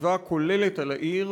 חשיבה כוללת על העיר,